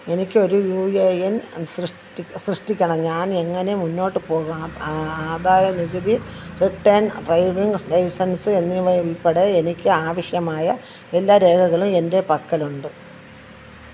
എനിക്ക് ഒരു U A N സൃഷ്ടി സൃഷ്ടിക്കണം ഞാൻ എങ്ങനെ മുന്നോട്ട് പോകണം ആ ആദായനികുതി റിട്ടേൺ ഡ്രൈവിംഗ് ലൈസൻസ് എന്നിവയുൾപ്പെടെ എനിക്ക് ആവശ്യമായ എല്ലാ രേഖകളും എൻ്റെ പക്കലുണ്ട്